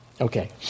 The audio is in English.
Okay